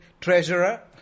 treasurer